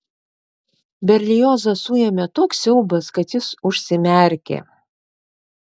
berliozą suėmė toks siaubas kad jis užsimerkė